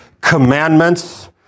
commandments